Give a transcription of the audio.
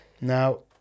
Now